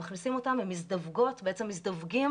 מכניסים אותן, הן מזדווגות, בעצם מזווגים